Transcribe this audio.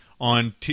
on